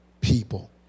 people